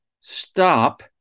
stop